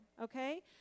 okay